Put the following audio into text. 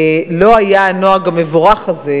לא היה הנוהג המבורך הזה